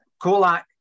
Kolak